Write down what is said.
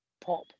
pop